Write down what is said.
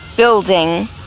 building